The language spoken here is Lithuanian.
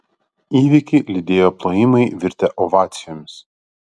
įvykį lydėjo plojimai virtę ovacijomis